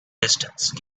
distance